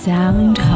Sound